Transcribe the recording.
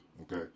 Okay